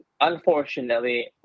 unfortunately